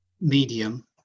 medium